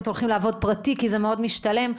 והולכים לעבוד פרטי כי זה מאוד משתלם.